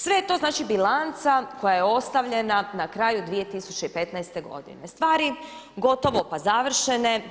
Sve je to znači bilanca koja je ostavljena na kraju 2015. godine, stvari gotovo pa završene.